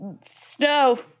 snow